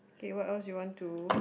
kay what else you want to